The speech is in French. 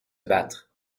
battre